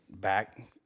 back –